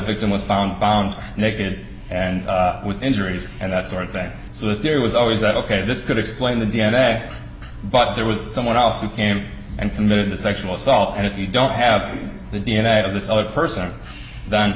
victim was found bound naked and with injuries and that sort of thing so that there was always that ok this could explain the d n a but there was someone else who came and committed the sexual assault and if you don't have the d n a of this other person